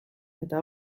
eta